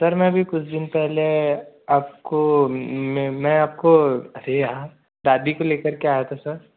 sir मैं अभी कुछ दिन पहले आपको मैं आपको अरे यार दादी को लेकर के आया था सर